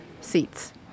seats